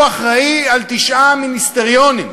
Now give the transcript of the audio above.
הוא אחראי לתשעה מיניסטריונים,